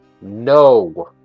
No